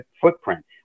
footprint